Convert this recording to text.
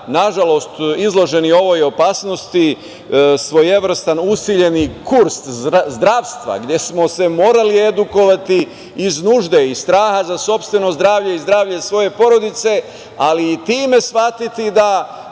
nažalost izloženi ovoj opasnosti svojevrstan usiljeni kurs zdravstva gde smo se morali edukovati iz nužde, iz straha za sopstveno zdravlje i zdravlje svoje porodice, ali i time shvatiti da